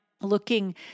looking